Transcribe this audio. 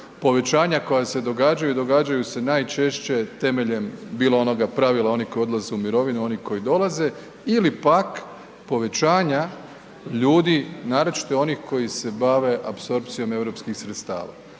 Povećanja koja se događaju, događaju se najčešće temeljem bilo onoga pravila oni koji odlaze u mirovinu, oni koji dolaze ili pak povećanja ljudi, naročito onih koji se bave apsorpcijom europskih sredstava,